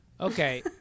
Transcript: Okay